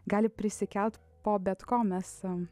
gali prisikelt po bet ko mes